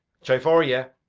che vore ye,